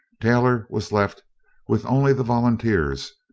taylor was left with only the volunteers,